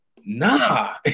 nah